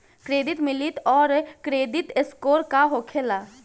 Credit limit आउर credit score का होखेला?